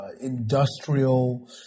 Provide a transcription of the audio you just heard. industrial